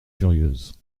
furieuses